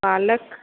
पालक